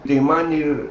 tai man ir